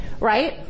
Right